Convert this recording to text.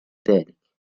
ذلك